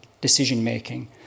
decision-making